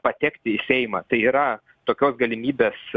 patekti į seimą tai yra tokios galimybės